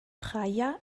praia